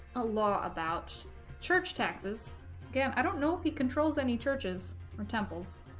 a law about church taxes yeah i don't know if he controls any churches from temples